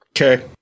Okay